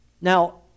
Now